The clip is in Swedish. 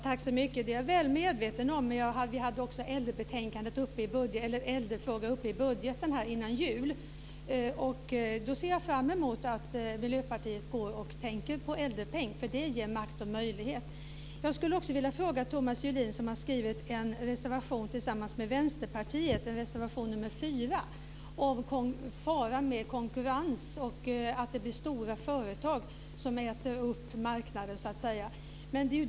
Herr talman! Det är jag väl medveten om. Men vi hade också äldrefrågorna uppe i budgetbehandlingen innan jul. Jag ser nu fram emot att Miljöpartiet tänker på förslaget om en äldrepeng för den ger makt och möjlighet. Vänsterpartiet om faran med konkurrens och att det blir stora företag som äter upp marknaden så att säga.